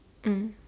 mm